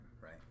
right